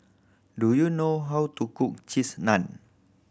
do you know how to cook Cheese Naan